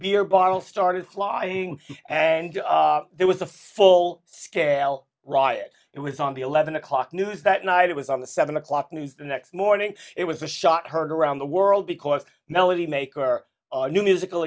beer bottle started flying and there was a full scale riot it was on the eleven o'clock news that night it was on the seven o'clock news the next morning it was a shot heard around the world because melody maker new musical